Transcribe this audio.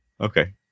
okay